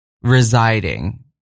residing